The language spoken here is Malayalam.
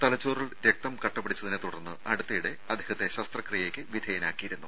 തലച്ചോറിൽ രക്തം കട്ടപിടിച്ചതിനെ തുടർന്ന് അടുത്തയിടെ അദ്ദേഹത്തെ ശസ്ത്രക്രിയയ്ക്ക് വിധേയനാക്കിയിരുന്നു